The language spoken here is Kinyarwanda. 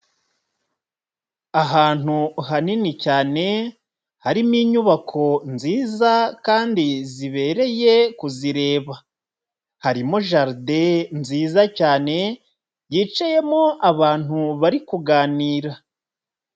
Ahantu hanini cyane, harimo inyubako nziza kandi zibereye kuzireba, harimo jaride nziza cyane, yicayemo abantu bari kuganira.